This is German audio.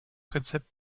rezept